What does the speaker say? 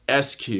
SQ